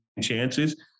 chances